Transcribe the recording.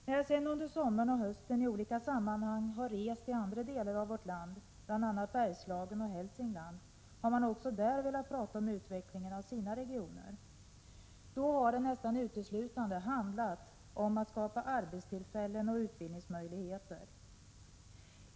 När jag under sommaren och hösten i olika sammanhang har rest i andra delar av vårt land, bl.a. Bergslagen och Hälsingland, har man också där velat prata om utvecklingen av sina regioner. Då har det nästan uteslutande handlat om att skapa arbetstillfällen och utbildningsmöjligheter.